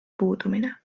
puudumine